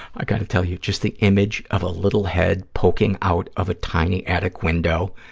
i've got to tell you, just the image of a little head poking out of a tiny attic window,